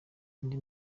undi